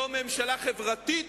זו ממשלה חברתית,